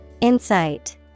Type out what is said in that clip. Insight